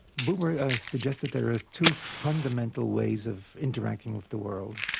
buber suggested there are two fundamental ways of interacting with the world.